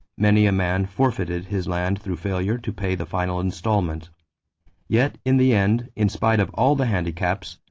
many a man forfeited his land through failure to pay the final installment yet in the end, in spite of all the handicaps,